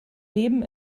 leben